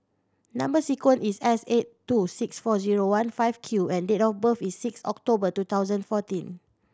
number sequence is S eight two six four zero one five Q and date of birth is six October two thousand fourteen